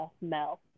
Mel